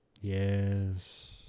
Yes